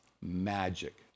magic